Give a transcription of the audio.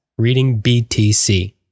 readingbtc